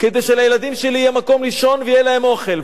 כדי שלילדים שלי יהיה מקום לישון ויהיה להם אוכל,